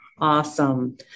Awesome